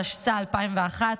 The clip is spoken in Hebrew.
התשס"א 2001,